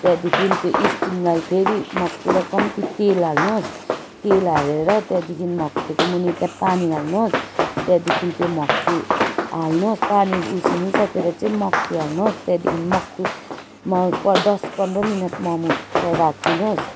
त्यहाँदेखि त्यो स्टिमलाई फेरि मक्टुलाई कम्ती तेल हाल्नुहोस् तेल हालेर त्यहाँदेखि मक्टुको मुनि त्यहाँ पानी हाल्नुहोस् त्यहाँदेखि त्यो मक्टु हाल्नुहोस् पानी उसिनिसकेर चाहिँ मक्टु हाल्नुहोस् त्यहाँदेखि मक्टुमा दस पन्ध्र मिनट मोमो त्यहाँ राखिदिनुहोस्